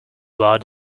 blood